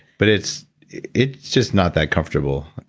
but it's it's just not that comfortable